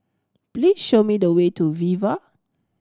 please show me the way to Viva